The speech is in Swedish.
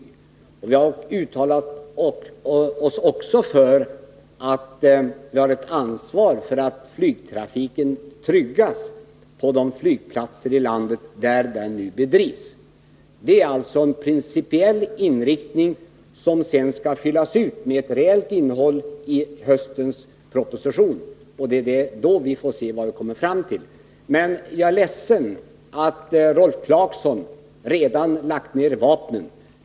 Vi har också uttalat att vi har ett ansvar för att flygtrafiken tryggas på de flygplatser i landet där den nu bedrivs. Det är alltså en principiell inriktning, som sedan skall få ett reellt innehåll i höstens proposition. Då får vi se vad vi kommer fram till. Jag är ledsen att Rolf Clarkson redan har lagt ned vapnen.